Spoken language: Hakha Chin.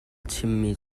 chimmi